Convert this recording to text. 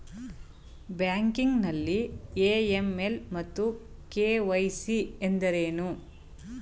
Banking ನಲ್ಲಿ AML ಮತ್ತು KYC ಎಂದರೇನು?